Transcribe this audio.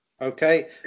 Okay